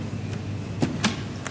לוועדת העבודה, הרווחה והבריאות נתקבלה.